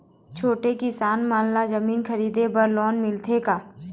छोटे किसान मन ला जमीन खरीदे बर लोन मिलथे का?